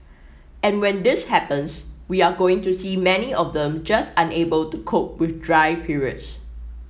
and when this happens we are going to see many of them just unable to cope with dry periods